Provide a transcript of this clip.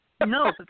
No